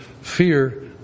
fear